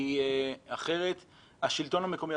כי אחרת השלטון המקומי,